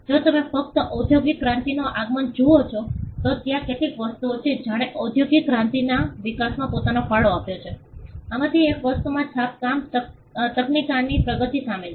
જો તમે ફક્ત ઓદ્યોગિક ક્રાંતિનો આગમન જુઓ છો તો ત્યાં કેટલીક વસ્તુઓ છે જેણે ઓદ્યોગિક ક્રાંતિના વિકાસમાં પોતાનો ફાળો આપ્યો હતો આમાંની એક વસ્તુમાં છાપકામ તકનીકીની પ્રગતિ શામેલ છે